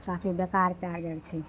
साफे बेकार चार्जर छै